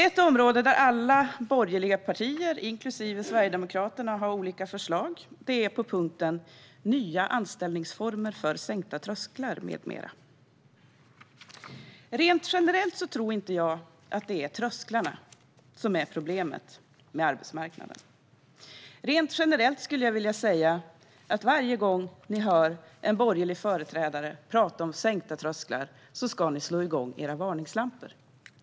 Ett område där alla borgerliga partier inklusive Sverigedemokraterna har olika förslag gäller punkten Nya anställningsformer för sänkta trösklar m.m. Rent generellt tror jag inte att det är trösklarna som är problemet på arbetsmarknaden. Och rent generellt vill jag säga att varje gång ni hör en borgerlig företrädare tala om sänkta trösklar ska ni slå på varningslamporna.